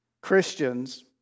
Christians